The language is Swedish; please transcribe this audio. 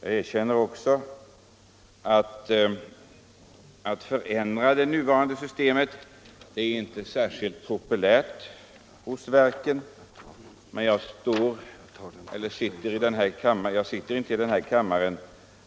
Jag erkänner också att det inte är särskilt populärt hos verken att förändra det nuvarande systemet, men jag sitter inte här i kammaren